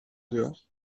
dehors